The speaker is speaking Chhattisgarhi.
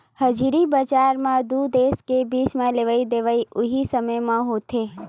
हाजिरी बजार म दू देस के बीच म लेवई देवई उहीं समे म होथे